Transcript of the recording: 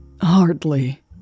Hardly